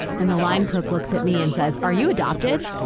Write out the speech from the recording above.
and the line cook looks at me and says, are you adopted?